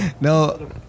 no